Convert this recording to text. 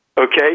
Okay